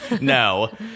No